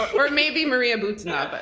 or maybe maria butina. but